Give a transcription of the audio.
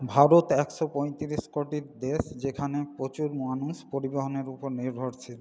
ভারত একশো পঁয়ত্রিশ কোটির দেশ যেখানে প্রচুর মানুষ পরিবহণের উপর নির্ভরশীল